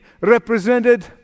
represented